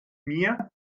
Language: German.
mir